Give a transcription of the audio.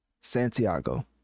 santiago